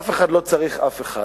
אף אחד לא צריך אף אחד,